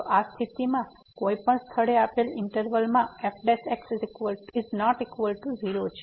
તો આ સ્થિતિમાં કોઈપણ સ્થળે આપેલ ઈંટરવલમાં f≠0 છે